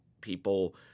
people